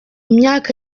myaka